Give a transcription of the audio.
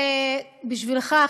בשבילך,